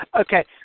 Okay